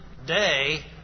day